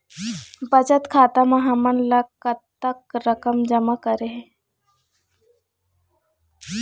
बचत खाता म हमन ला कतक रकम जमा करना हे?